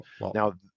now